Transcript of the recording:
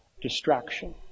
distraction